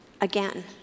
again